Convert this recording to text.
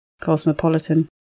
Cosmopolitan